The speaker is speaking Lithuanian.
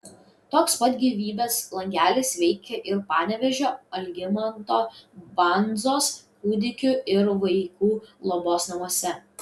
toks pat gyvybės langelis veikia ir panevėžio algimanto bandzos kūdikių ir vaikų globos namuose